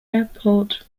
airport